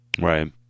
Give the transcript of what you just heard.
Right